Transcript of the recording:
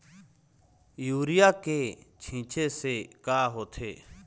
Urea के छींचे से का होथे?